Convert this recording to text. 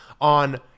on